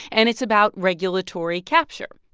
and it's about regulatory capture.